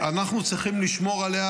אנחנו צריכים לשמור עליה,